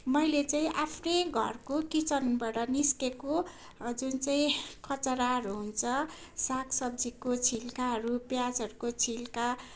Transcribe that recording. मैले चाहिँ आफ्नै घरको किचनबाट निस्किएको जुन चाहिँ कचराहरू हुन्छ सागसब्जीको छिल्काहरू प्याजहरूको छिल्का